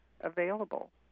available